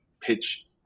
Pitch